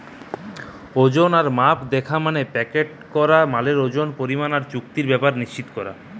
ওজন আর মাপ দিখা মানে প্যাকেট করা মালের ওজন, পরিমাণ আর চুক্তির ব্যাপার নিশ্চিত কোরা